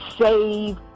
save